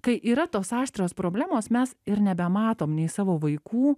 kai yra tos aštrios problemos mes ir nebematom nei savo vaikų